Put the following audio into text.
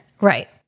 Right